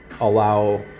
allow